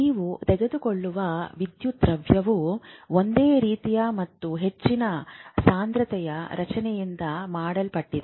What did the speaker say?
ನೀವು ತೆಗೆದುಕೊಳ್ಳುವ ವಿದ್ಯುದ್ವಾರವು ಒಂದೇ ರೀತಿಯ ಮತ್ತು ಹೆಚ್ಚಿನ ಸಾಂದ್ರತೆಯ ರಚನೆಯಿಂದ ಮಾಡಲ್ಪಟ್ಟಿದೆ